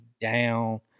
down